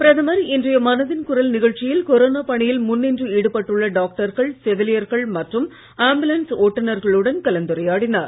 பிரதமர் இன்றைய மனதின் குரல் நிகழ்ச்சியில் கொரோனா பணியில் முன்னின்று ஈடுபட்டுள்ள டாக்டர்கள் செவிலியர்கள் மற்றும் ஆம்புலன்ஸ் ஓட்டுநர்களுடன் கலந்துரையாடினார்